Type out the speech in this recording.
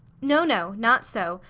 no, no! not so!